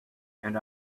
and